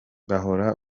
bahora